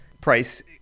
price